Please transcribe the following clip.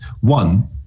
One